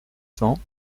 cents